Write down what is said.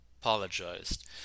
apologized